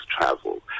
travel